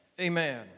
Amen